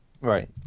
Right